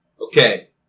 Okay